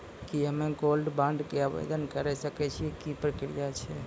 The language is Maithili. की हम्मय गोल्ड बॉन्ड के आवदेन करे सकय छियै, की प्रक्रिया छै?